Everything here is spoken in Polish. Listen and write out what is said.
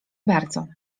bardzo